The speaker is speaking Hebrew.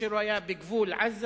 כאשר הוא היה בגבול עזה,